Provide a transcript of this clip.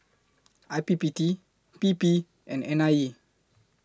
I P P T P P and N I E